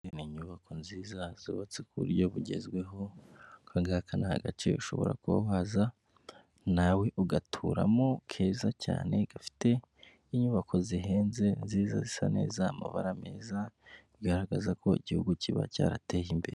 Ni inyubako nziza zubatse ku buryo bugezweho. Aka ngaka ni agace ushobora kuba waza nawe ugaturamo keza cyane gafite inyubako zihenze zisa neza, amabara meza, bigaragaza ko Igihugu kiba cyarateye imbere.